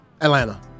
Atlanta